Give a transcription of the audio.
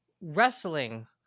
wrestling